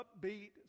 upbeat